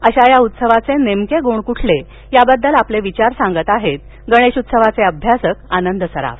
अशा या उत्सवाचे नेमके गुण कोणते याबद्दल आपले विचार सांगत आहेत गणेश उत्सवाचे अभ्यासक आनंद सराफ